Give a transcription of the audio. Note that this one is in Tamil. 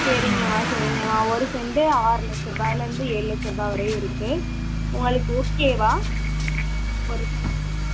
சரிங்கமா சரிங்கமா ஒரு செண்டு ஆறு லட்சம் ரூபாயிலேருந்து ஏழு லட்ச ரூபாய் வரையும் இருக்கு உங்களுக்கு ஓகேவா ஒரு செண்டு தான்